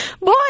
Boy